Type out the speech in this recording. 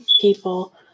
people